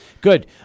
Good